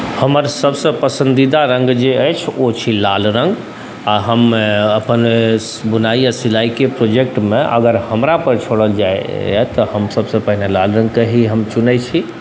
हमर सबसँ पसन्दीदा रङ्ग जे अछि ओ छी लाल रङ्ग आओर हम अपन बुनाइ आओर सिलाइके प्रोजेक्टमे अगर हमरापर छोड़ल जाइ तऽ हम सबसँ पहिने लाल रङ्गके ही हम चुनै छी